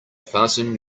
fasten